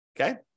okay